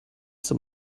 zum